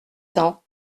cents